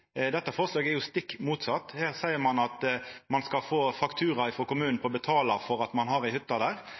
Dette forslaget er jo stikk motsett. Her seier ein at ein skal få ein faktura frå kommunen for å betala for at ein har ei hytte der,